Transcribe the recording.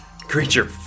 creature